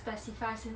specify 先